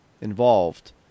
involved